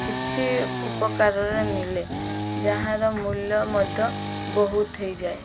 କିଛି ଉପକାରରେ ମିଳେ ଯାହାର ମୂଲ୍ୟ ମଧ୍ୟ ବହୁତ ହୋଇଯାଏ